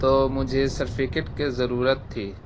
تو مجھے سرفکیٹ کی ضرورت تھی